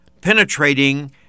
penetrating